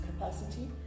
capacity